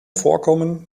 vorkommen